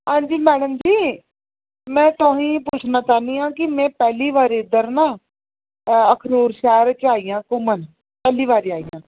हां जी मैडम जी में तुसेंगी पुच्छना चाह्न्नियां के में पैह्ली बारी इद्धर न अखनूर शैह्रा च आई आं घुम्मन पैह्ली बारी आई आं